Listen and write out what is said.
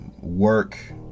work